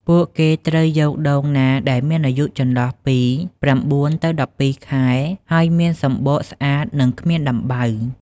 ពួកគេត្រូវយកដូងណាដែលមានអាយុចន្លោះពី ៩ ទៅ ១២ ខែ ហើយមានសម្បកស្អាត និងគ្មានដំបៅ។